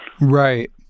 Right